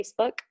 Facebook